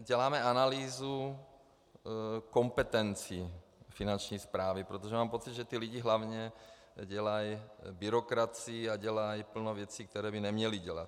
Děláme analýzu kompetencí Finanční správy, protože mám pocit, že lidi hlavně dělají byrokracii a dělají plno věcí, které by neměli dělat.